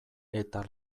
eta